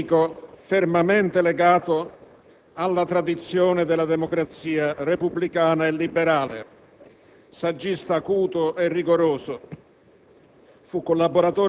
e quella di politico fermamente legato alla tradizione della democrazia repubblicana e liberale. Saggista acuto e rigoroso,